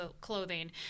clothing